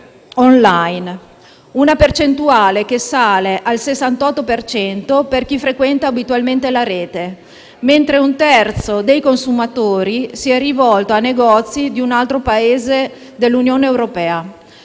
*online* (una percentuale che sale al 68 per cento per chi frequenta abitualmente la rete), mentre un terzo dei consumatori si è rivolto a negozi di un altro Paese dell'Unione europea.